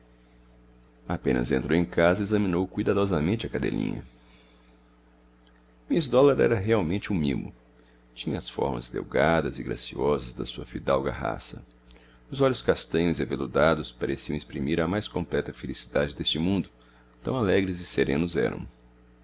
apenas entrou em casa examinou cuidadosamente a cadelinha miss dollar era realmente um mimo tinha as formas delgadas e graciosas da sua fidalga raça os olhos castanhos e aveludados pareciam exprimir a mais completa felicidade deste mundo tão alegres e serenos eram